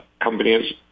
companies